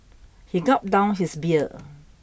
he gulped down his beer